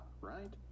right